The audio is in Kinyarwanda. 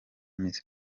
miss